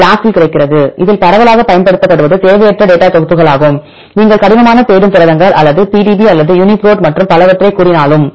BLAST இல் கிடைக்கிறது இதில் பரவலாகப் பயன்படுத்தப்படுவது தேவையற்ற டேட்டா த்தொகுப்புகளாகும் நீங்கள் கடினமான தேடும் புரதங்கள் அல்லது PDB அல்லது Uniprot மற்றும் பலவற்றைக் கூறினாலும்